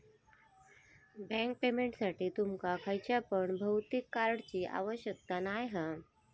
bank पेमेंटसाठी तुमका खयच्या पण भौतिक कार्डची आवश्यकता नाय हा